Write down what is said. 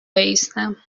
بایستم